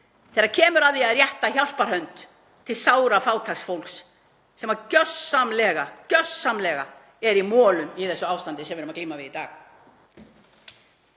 þegar kemur að því að rétta hjálparhönd til sárafátæks fólks sem gjörsamlega er í molum í þessu ástandi sem við erum glíma við í dag.